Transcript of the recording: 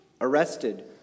arrested